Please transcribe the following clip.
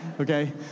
Okay